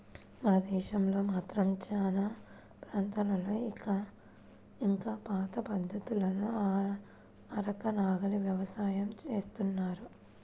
మన దేశంలో మాత్రం చానా ప్రాంతాల్లో ఇంకా పాత పద్ధతుల్లోనే అరక, నాగలి యవసాయం జేత్తన్నారు